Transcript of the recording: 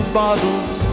bottles